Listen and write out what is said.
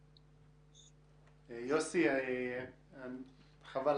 יוסי, חבל.